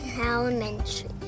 Elementary